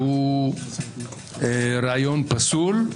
הוא רעיון פסול,